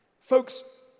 folks